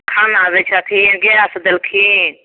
खाना दै छथिन गैस देलखिन